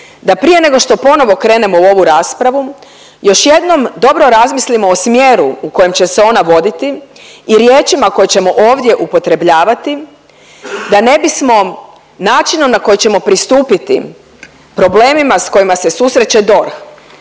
da prije nego što ponovo krenemo u ovu raspravu još jednom dobro razmislimo o smjeru u kojem će se ona voditi i riječima koje ćemo ovdje upotrebljavati da ne bismo načinom na koji ćemo pristupiti problemima s kojima se susreće DORH,